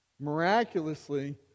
Miraculously